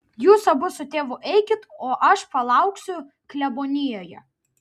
jūs abu su tėvu eikit o aš palauksiu klebonijoje